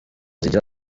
zigira